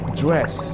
dress